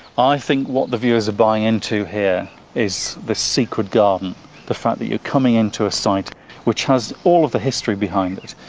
i think what the viewers are buying into here is the secret garden the fact that you're coming into a site which has all of the history behind it,